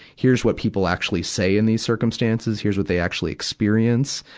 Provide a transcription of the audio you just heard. here's what people actually say in these circumstances. here's what they actually experience.